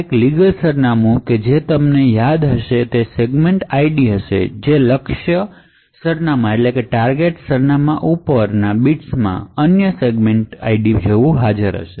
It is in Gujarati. એક લીગલ સરનામું જે તમને યાદ હશે તે જ સેગમેન્ટ ID હશે જે તે ટાર્ગેટ સરનામાના ઉપલા બીટ્સમાં તે યુનિક સેગમેન્ટ ID હશે